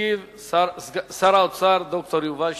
ישיב שר האוצר, ד"ר יובל שטייניץ.